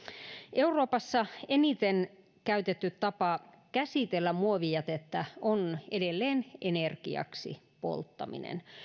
euroopassa eniten käytetty tapa käsitellä muovijätettä on edelleen energiaksi polttaminen